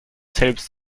selbst